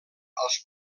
als